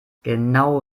genau